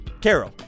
Carol